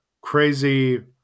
crazy